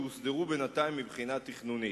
שהוסדרו בינתיים מבחינה תכנונית.